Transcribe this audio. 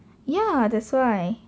ya that's why